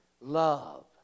Love